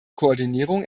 koordinierung